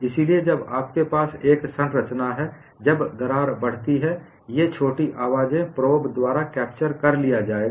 इसलिए जब आपके पास एक संरचना है जब दरार बढती है ये छोटी आवाजें प्रोब द्वारा कैप्चर कर लिया जाएगा